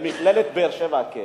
למכללת באר-שבע כן,